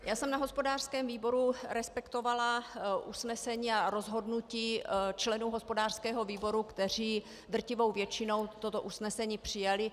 Já jsem na hospodářském výboru respektovala rozhodnutí členů hospodářského výboru, kteří drtivou většinou toto usnesení přijali.